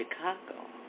Chicago